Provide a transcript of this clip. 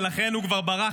ולכן הוא כבר ברח,